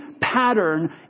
pattern